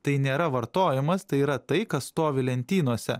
tai nėra vartojimas tai yra tai kas stovi lentynose